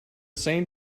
same